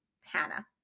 Hannah